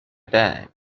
time